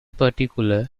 particular